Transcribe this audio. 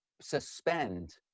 suspend